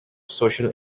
social